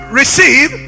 receive